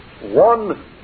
one